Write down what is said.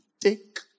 take